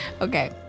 okay